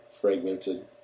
fragmented